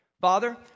father